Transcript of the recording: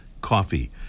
coffee